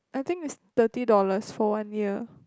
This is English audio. I think it's thirty dollars for one year